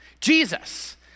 Jesus